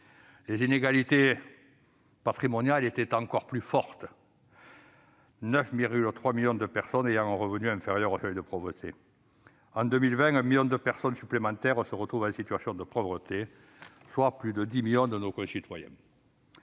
Les inégalités patrimoniales étaient encore plus fortes, et 9,3 millions de personnes avaient un revenu inférieur au seuil de pauvreté. En 2020, un million de personnes supplémentaires se retrouvent en situation de pauvreté, soit plus de 10 millions de nos concitoyens.